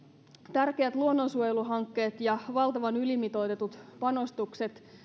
tärkeät luonnonsuojeluhankkeet ja valtavan ylimitoitetut panostukset